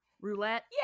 Roulette